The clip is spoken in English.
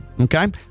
Okay